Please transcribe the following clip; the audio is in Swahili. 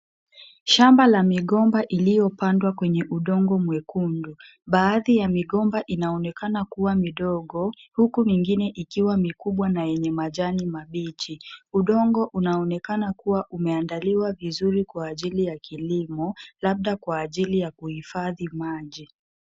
Shamba la migomba iliyopandwa kwenye udongo mwekundu, baadhi ya migomba inaonekana kuwa midogo huku mingine ikiwa mikubwa na yenye majani mabichi. Udongo unaonekana kuwa umeandaliwa vizuri kwa ajili ya kilimo, labda kwa ajili ya kuhifadhi maji.